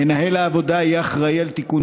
מנהל העבודה יהיה אחראי על תיקון